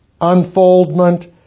unfoldment